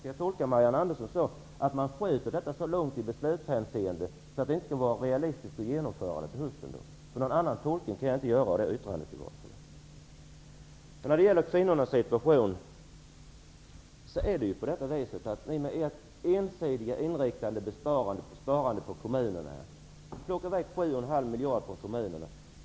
Skall jag tolka Marianne Andersson så att man skjuter detta så långt i beslutshänseende att det inte skall vara realistiskt att genomföra det till hösten? Någon annan tolkning kan jag inte göra. När det gäller kvinnornas situation plockar ni med ert ensidigt inriktade sparande på kommunerna bort sju och en halv miljard från kommunerna.